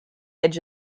edge